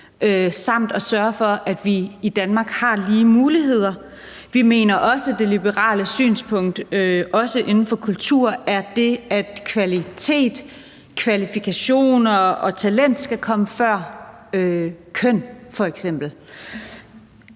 og at sørge for, at vi i Danmark har lige muligheder. Vi mener også, at det liberale synspunkt inden for kultur er, at kvalitet, kvalifikationer og talent skal komme før f.eks.